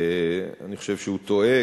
אני חושב שהוא טועה,